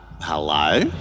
hello